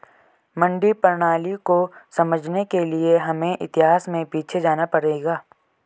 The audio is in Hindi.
मंडी प्रणाली को समझने के लिए हमें इतिहास में पीछे जाना पड़ेगा